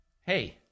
hey